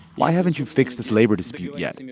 why haven't you fixed this labor dispute yet?